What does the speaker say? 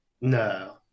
No